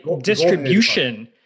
Distribution